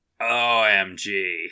OMG